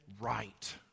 right